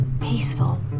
peaceful